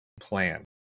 plan